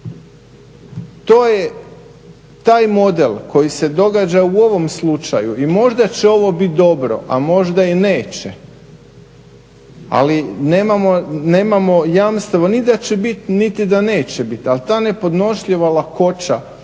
To je taj model koji se događa u ovom slučaju i možda će ovo biti dobro, a možda i neće. Ali nemamo jamstava ni da će biti, niti da neće biti. Ali ta nepodnošljiva lakoća